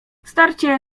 starcie